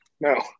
No